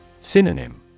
Synonym